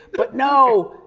but no,